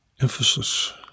emphasis